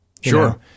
Sure